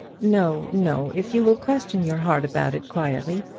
no no. if you will question your heart about it quietly,